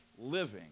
living